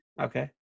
Okay